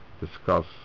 discuss